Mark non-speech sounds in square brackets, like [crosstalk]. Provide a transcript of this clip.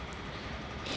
[breath]